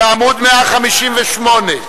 בעמוד 158,